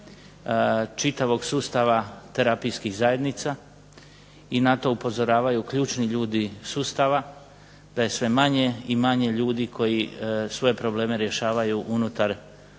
čitavog sustava terapijskih zajednica, i na to upozoravaju ključni ljudi sustava da je sve manje i manje ljudi koji svoje probleme rješavaju unutar